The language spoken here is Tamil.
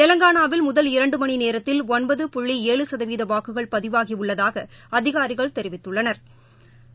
தெவங்கானாவில் முதல் இரண்டு மணி நேரத்தில் ஒன்பது புள்ளி ஏழு சதவீத வாக்குகள் பதிவாயுள்ளதாக அதிகாரிகள் தெரிவித்துள்னா்